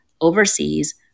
overseas